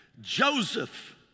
Joseph